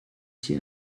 sie